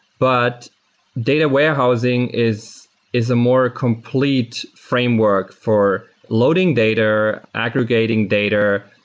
but data warehousing is is a more complete framework for loading data, aggregating data,